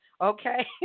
Okay